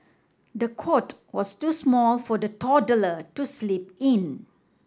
the cot was too small for the toddler to sleep in